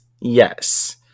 yes